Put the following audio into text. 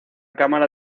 cámara